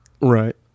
Right